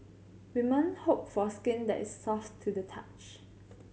women hope for skin that is soft to the touch